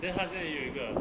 then 他见有一个